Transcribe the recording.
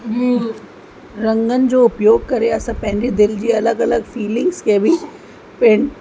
रंगनि जो उपयोग करे असां पंहिंजे दिलि जे अलॻि अलॻि फीलिंग्स खे बि पेंट